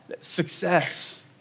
success